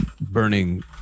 burning